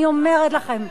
אני אומרת לכם: